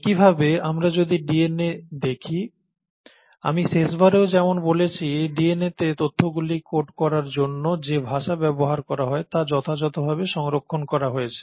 একইভাবে আমরা যদি ডিএনএ দেখি আমি শেষবারেও যেমন বলেছি ডিএনএতে তথ্যগুলি কোড করার জন্য যে ভাষা ব্যবহার করা হয় তা যথাযথভাবে সংরক্ষণ করা হয়েছে